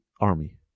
army